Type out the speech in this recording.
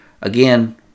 again